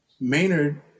Maynard